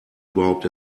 überhaupt